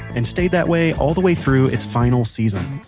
and stayed that way all the way through it's final season.